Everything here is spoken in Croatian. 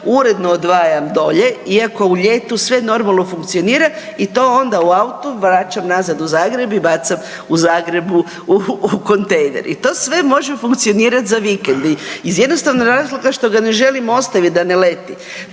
uredno odvajam dolje iako u ljetu sve normalno funkcionira i to onda u autu vraćam nazad u Zagreb i bacam u Zagrebu u kontejner. I to sve može funkcionirat za vikend iz jednostavnog razloga što ga ne želim ostaviti da ne leti.